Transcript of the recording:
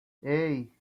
hey